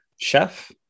Chef